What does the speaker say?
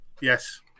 Yes